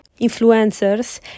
Influencers